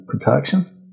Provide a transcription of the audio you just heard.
protection